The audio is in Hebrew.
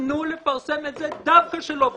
תנו לפרסם את זה דווקא שלא בצמידות,